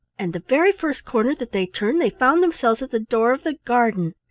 and the very first corner that they turned they found themselves at the door of the garden.